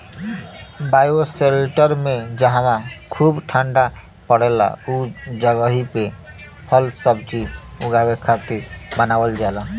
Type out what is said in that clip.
bioshelter में जहवा खूब ठण्डा पड़ेला उ जगही पे फलसब्जी उगावे खातिर बनावल जाला